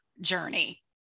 journey